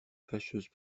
fâcheuse